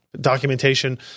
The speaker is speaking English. documentation